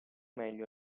meglio